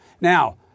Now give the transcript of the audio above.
Now